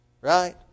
Right